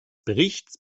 berichts